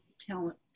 tell